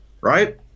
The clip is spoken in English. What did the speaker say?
right